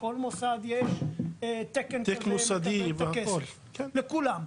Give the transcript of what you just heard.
בכל מוסד יש תקן שמקבל את הכסף, לכולם.